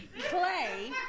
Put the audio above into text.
clay